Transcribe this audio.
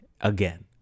again